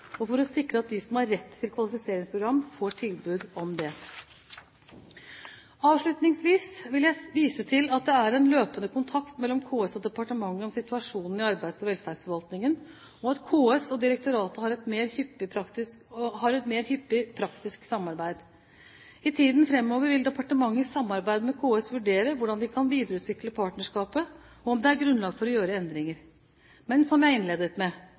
og for å sikre at de som har rett til et kvalifiseringsprogram, får tilbud om det. Avslutningsvis vil jeg vise til at det er en løpende kontakt mellom KS og departementet om situasjonen i arbeids- og velferdsforvaltningen, og at KS og direktoratet har et mer hyppig praktisk samarbeid. I tiden framover vil departementet i samarbeid med KS vurdere hvordan vi kan videreutvikle partnerskapet, og om det er grunnlag for å gjøre endringer. Men som jeg innledet med: